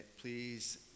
please